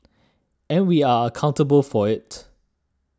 and we are accountable for it